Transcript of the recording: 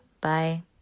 Bye